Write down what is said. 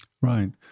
Right